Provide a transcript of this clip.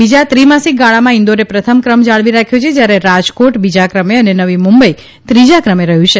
બીજા ત્રિમાસિક ગાળામાં ઇન્દોરે પ્રથમ ક્રમ જાળવી રાખ્યો છે જયારે રાજકોટ બીજા ક્રમે અને નવી મુંબઇ ત્રીજા ક્રમે રહ્યું છે